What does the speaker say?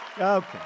Okay